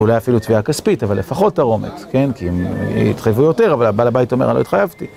אולי אפילו תביעה כספית, אבל לפחות תרעומת, כן, כי התחייבו יותר, אבל הבעל בית אומר, לא התחייבתי.